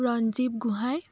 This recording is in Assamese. ৰঞ্জিৱ গোহাঁই